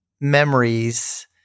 memories